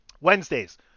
Wednesdays